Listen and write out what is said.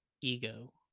ego